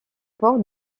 portes